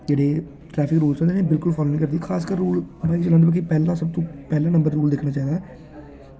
ते काफी रुल न एह् बिल्कुल फॉलो निं करदी एह् म्हाराज पैह्ला सब तू पैह्ले नंबर ते दिक्खना चाहिदा